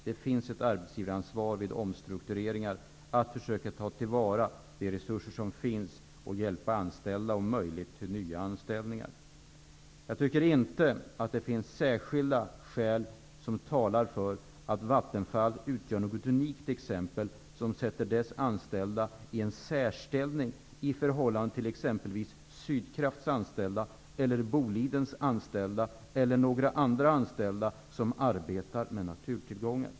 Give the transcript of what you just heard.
Det finns ett arbetsgivaransvar att vid omstruktureringar försöka ta till vara de resurser som finns och om möjligt hjälpa anställda till nya anställningar. Jag tycker inte att det finns särskilda skäl som talar för att Vattenfall skulle utgöra något unikt exempel, att Vattenfalls anställda skulle ha en särställning i förhållande till exempelvis Sydkrafts anställda eller Bolidens anställda eller till några andra anställda som arbetar med naturtillgångar.